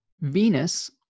Venus